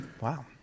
Wow